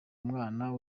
umwana